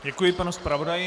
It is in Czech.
Děkuji panu zpravodaji.